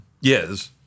Yes